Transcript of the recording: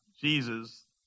Jesus